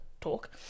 talk